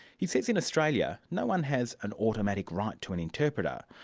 he says in australia no-one has an automatic right to an interpreter.